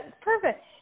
Perfect